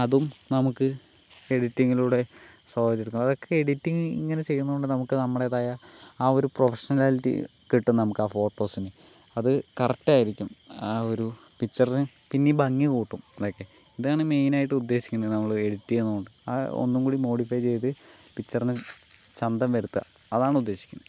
അതും നമുക്ക് എഡിറ്റിങ്ങിലൂടെ സാധിച്ചെടുക്കാം അതൊക്കെ എഡിറ്റിങ് ഇങ്ങനെ ചെയ്യുന്നത് കൊണ്ട് നമുക്ക് നമ്മുടേതായ ആ ഒരു പ്രൊഫെഷണാലിറ്റി കിട്ടും നമുക്കാ ഫോട്ടോസിന് അത് കറക്റ്റായിരിക്കും ആ ഒരു പിക്ചറ്റിന് പിന്നേം ഭംഗി കൂട്ടും അതൊക്കെ ഇതാണ് മെയ്നായിട്ട് ഉദ്ദേശിക്കണത് നമ്മള് എഡിറ്റ് ചെയ്യുന്നത് കൊണ്ട് അത് ഒന്ന്കൂടെ മോഡിഫൈ ചെയ്ത് പിക്ചറ്ന് ചന്തം വരുത്തുക അതാണ് ഉദ്ദേശിക്കുന്നത്